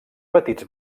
petits